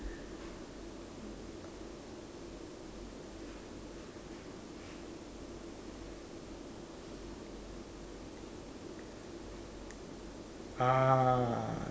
ah